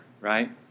right